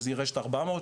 שזו רשת ארבע מאות,